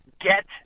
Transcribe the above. Get